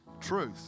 truth